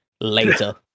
later